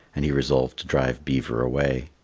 and he resolved to drive beaver away.